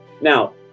Now